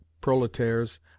proletaires